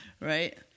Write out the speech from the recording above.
Right